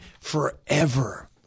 forever